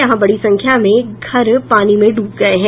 यहां बड़ी संख्या में घर पानी में डूब गये हैं